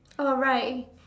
oh right